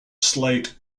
slate